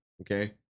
Okay